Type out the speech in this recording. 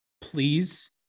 please